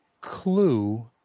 clue